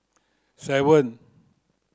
seven